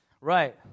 right